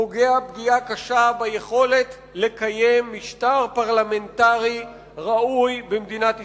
פוגע פגיעה קשה ביכולת לקיים משטר פרלמנטרי ראוי במדינת ישראל.